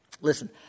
Listen